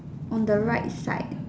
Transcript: on the right side